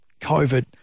COVID